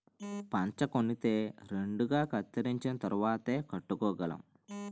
పంచకొనితే రెండుగా కత్తిరించిన తరువాతేయ్ కట్టుకోగలం